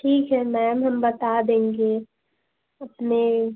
ठीक है मैम हम बता देंगे अपने